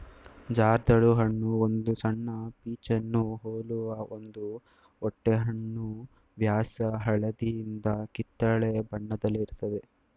ಜರ್ದಾಳು ಹಣ್ಣು ಒಂದು ಸಣ್ಣ ಪೀಚನ್ನು ಹೋಲುವ ಒಂದು ಓಟೆಹಣ್ಣು ವ್ಯಾಸ ಹಳದಿಯಿಂದ ಕಿತ್ತಳೆ ಬಣ್ಣದಲ್ಲಿರ್ತದೆ